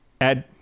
add